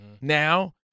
now